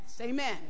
Amen